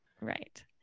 right